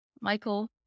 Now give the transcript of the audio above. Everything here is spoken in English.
Michael